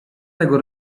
tego